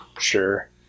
Sure